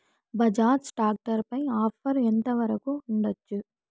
Bajaj tractor పై offer ఎంత వరకు ఉండచ్చు?